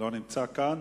הוא לא נמצא כאן.